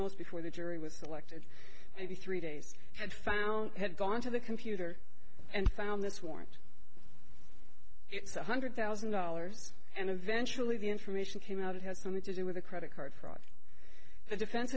most before the jury was selected maybe three days and found had gone to the computer and found this warrant it's one hundred thousand dollars and eventually the information came out it has something to do with the credit card fraud the defen